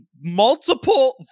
multiple